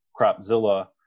Cropzilla